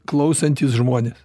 klausantys žmonės